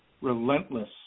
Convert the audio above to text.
Relentless